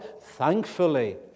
thankfully